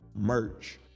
merch